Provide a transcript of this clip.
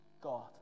God